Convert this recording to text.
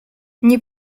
nie